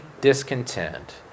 discontent